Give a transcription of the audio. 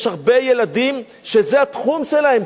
יש הרבה ילדים שזה התחום שלהם.